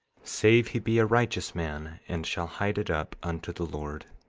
save he be a righteous man and shall hide it up unto the lord.